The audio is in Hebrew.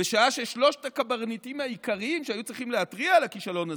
בשעה ששלושת הקברניטים העיקריים שהיו צריכים להתריע על הכישלון הזה,